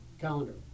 calendar